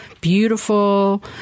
beautiful